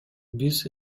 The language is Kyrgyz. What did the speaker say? биз